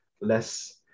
less